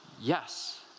yes